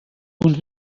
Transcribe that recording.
uns